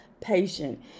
patient